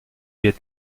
viêt